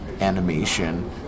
animation